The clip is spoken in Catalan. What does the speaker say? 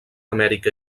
amèrica